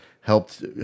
Helped